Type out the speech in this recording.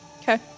Okay